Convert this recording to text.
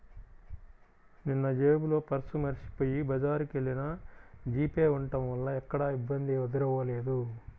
నిన్నజేబులో పర్సు మరచిపొయ్యి బజారుకెల్లినా జీపే ఉంటం వల్ల ఎక్కడా ఇబ్బంది ఎదురవ్వలేదు